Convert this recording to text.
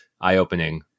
eye-opening